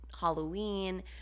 Halloween